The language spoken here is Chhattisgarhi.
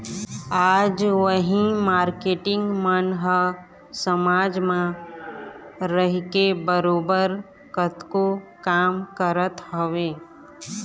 आज उही मारकेटिंग मन ह समाज म रहिके बरोबर कतको काम करत हवँय